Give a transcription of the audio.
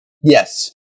Yes